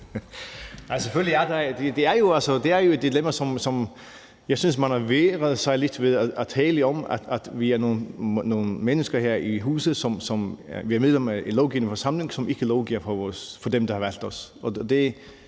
selvfølgelig et dilemma, som jeg synes man har vægret sig lidt ved at tale om, altså at vi er nogle mennesker her i huset, som er medlemmer af en lovgivende forsamling, som ikke lovgiver for dem, der har valgt os.